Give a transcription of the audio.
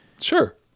Sure